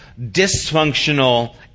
dysfunctional